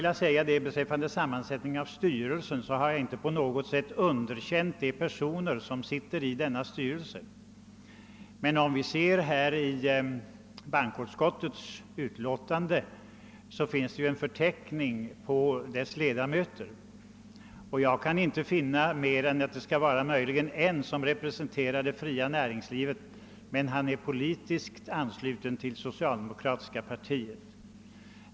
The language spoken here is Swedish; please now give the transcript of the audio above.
Jag har inte på något sätt underkänt de personer som sitter i styrelsen för denna bank. I bankoutskottets utlåtande finns en förteckning över styrelsens ledamöter, och jag kan inte finna mer än möjligen en som representerar det fria näringslivet, men han är politiskt ansluten till det socialdemokratiska partiet.